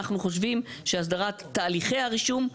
אנחנו חושבים שאסדרת תהליכי הרישום,